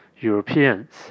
Europeans